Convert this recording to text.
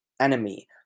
enemy